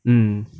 mm